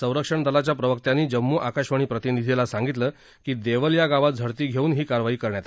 संरक्षण दल प्रवक्त्यांनी जम्मू आकाशवाणी प्रतिनिधीला सांगितलं की देवल या गावात झडती घेऊन ही कारवाई करण्यात आली